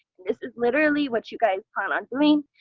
this is literally what you guys plan on doing.